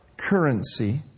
currency